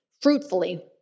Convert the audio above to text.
fruitfully